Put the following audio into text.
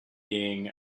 being